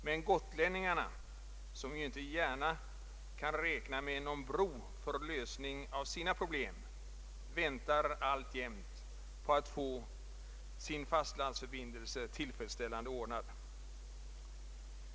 Men gotlänningarna, som inte gärna kan räkna med någon bro för lösning av sina problem, väntar alltjämt på att få sin fastlandsförbindelse = tillfredsställande ordnad.